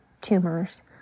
tumors